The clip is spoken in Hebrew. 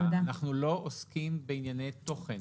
אנחנו לא עוסקים כרגע בענייני תוכן.